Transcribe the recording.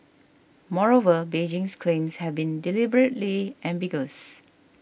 moreover Beijing's claims have been deliberately ambiguous